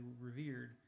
revered